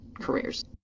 careers